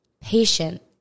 patient